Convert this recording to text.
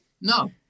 No